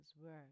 work